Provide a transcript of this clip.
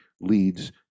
leads